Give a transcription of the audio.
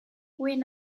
when